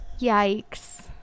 yikes